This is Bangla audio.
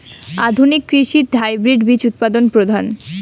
আধুনিক কৃষিত হাইব্রিড বীজ উৎপাদন প্রধান